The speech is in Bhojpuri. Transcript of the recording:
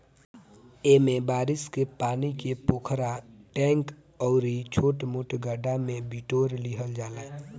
एमे बारिश के पानी के पोखरा, टैंक अउरी छोट मोट गढ्ढा में बिटोर लिहल जाला